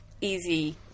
easy